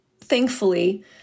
thankfully